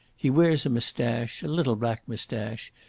he wears a moustache, a little black moustache,